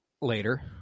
later